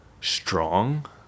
strong